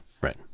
Right